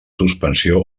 suspensió